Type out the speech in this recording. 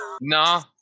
Nah